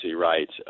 rights